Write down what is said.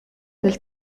del